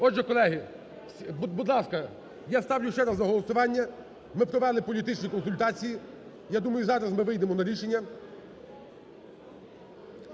Отже, колеги, будь ласка, я ставлю ще раз на голосування, ми провели політичні консультації, і я думаю, зараз ми вийдемо на рішення.